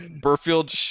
Burfield